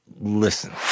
listen